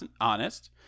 honest